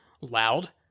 loud